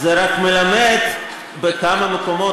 זה רק מלמד בכמה מקומות,